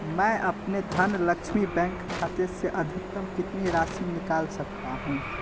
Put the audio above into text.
मैं अपने धनलक्ष्मी बैंक खाते से अधिकतम कितनी राशि निकाल सकता हूँ